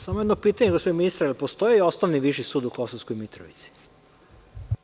Samo jedno pitanje gospodine ministre, da li postoje Osnovni i Viši sud u Kosovskoj Mitrovici?